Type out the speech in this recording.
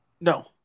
No